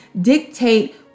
dictate